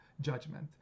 judgment